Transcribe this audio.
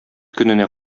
көненә